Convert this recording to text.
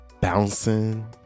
Bouncing